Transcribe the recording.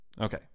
Okay